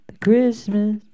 Christmas